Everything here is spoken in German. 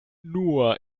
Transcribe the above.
nur